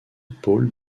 pôle